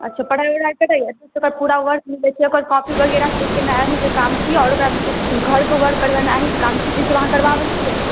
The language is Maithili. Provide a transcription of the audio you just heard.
अच्छा पढ़ाइ वढ़ाइ करैए एतयसँ पूरा वर्क मिलै छै ओकर कॉपी वगेरा चेक केनाइ अहीँके काम छी आओर ओकरा घरके वर्क करवेनाइ अहीँके काम छी तऽ ईसभ अहाँ करवाबैत छियै